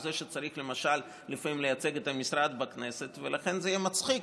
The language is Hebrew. הוא זה שצריך למשל לפעמים לייצג את המשרד בכנסת ולכן זה יהיה מצחיק